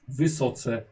wysoce